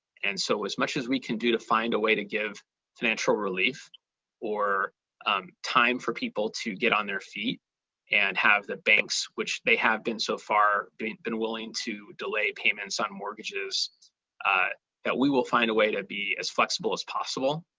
and so as much as we can do to find a way to give financial relief or um time for people to get on their feet and have the banks, which they have been so far, been been willing to delay payments on mortgages that we will find a way to be as flexible as possible.